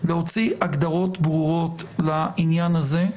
להוציא הגדרות ברורות לעניין הזה,